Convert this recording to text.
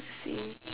see